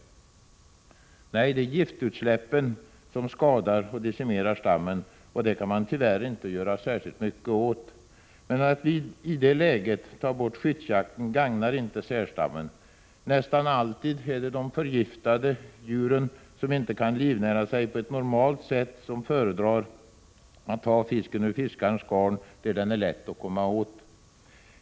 Nej, det är giftutsläppen som skadar och decimerar stammen, vilket man väl inte kan göra mycket åt. Att i detta läge ta bort skyddsjakten gagnar dock inte sälstammen. Nästan alltid är det förgiftade djur, som inte kan livnära sig på ett normalt sätt som föredrar att ta fisken ur fiskarens garn, där den är lätt att komma åt.